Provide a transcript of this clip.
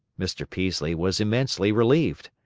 mr. peaslee was immensely relieved.